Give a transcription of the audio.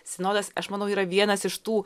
sinodas aš manau yra vienas iš tų